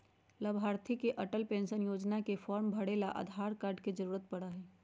लाभार्थी के अटल पेन्शन योजना के फार्म भरे ला आधार कार्ड के जरूरत पड़ा हई